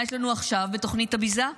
מה יש לנו עכשיו בתוכנית הביזה?